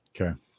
Okay